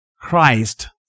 Christ